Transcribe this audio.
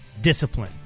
Discipline